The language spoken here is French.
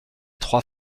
trois